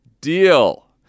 deal